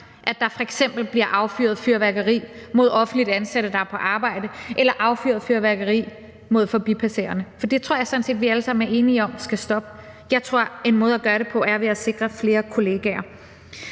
at der bliver fyret fyrværkeri af mod offentligt ansatte, der er på arbejde, eller affyret fyrværkeri mod forbipasserende. Det tror jeg sådan set vi alle sammen er enige om skal stoppe – jeg tror, at en måde at gøre det på er at sikre flere kolleger.